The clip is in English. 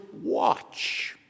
watch